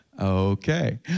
Okay